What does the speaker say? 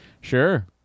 Sure